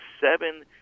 seven